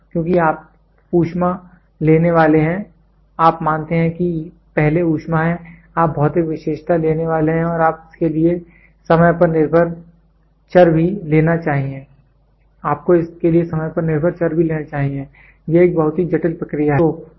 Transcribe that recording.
क्योंकि आप ऊष्मा लेने वाले हैं आप मानते हैं कि पहले ऊष्मा है आप भौतिक विशेषता लेने वाले हैं और आपको इसके लिए समय पर निर्भर चर भी लेना चाहिए यह एक बहुत ही जटिल प्रक्रिया है